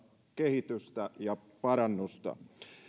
kehitystä ja parannusta